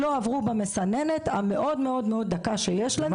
לא עברו במסננת המאוד מאוד דקה שיש לנו.